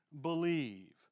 believe